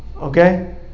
Okay